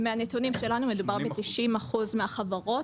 80%. מהנתונים שלנו, מדובר ב-90% מהחברות.